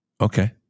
okay